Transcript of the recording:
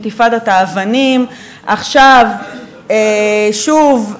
"אינתיפאדת האבנים"; עכשיו שוב,